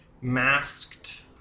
masked